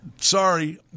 Sorry